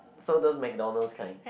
so those McDonald's kind